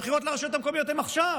הבחירות לרשויות המקומיות הן עכשיו.